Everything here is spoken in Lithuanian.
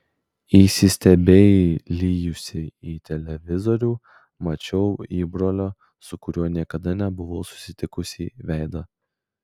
įsistebeilijusi į televizorių mačiau įbrolio su kuriuo niekada nebuvau susitikusi veidą